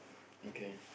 okay